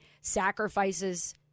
sacrifices